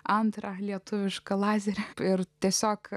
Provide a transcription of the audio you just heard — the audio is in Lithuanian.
antrą lietuvišką lazerį ir tiesiog